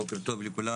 בוקר טוב לכולם,